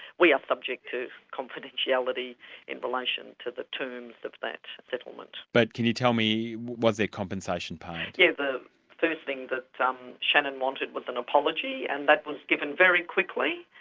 we are subject to confidentiality in relation to the terms of that settlement. but can you tell me, was there compensation paid? yes, the first thing that um shannon wanted was an apology, and that was given very quickly,